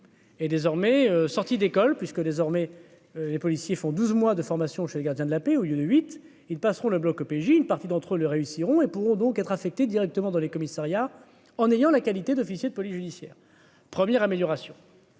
Et désormais sortie d'école, puisque désormais, les policiers font 12 mois de formation chez les gardiens de la paix au lieu de huit ils passeront le Bloc OPJ une partie d'entre eux le réussiront et pourront donc être affectés directement dans les commissariats, en ayant la qualité d'officier de police judiciaire, premier amélioration.